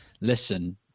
listen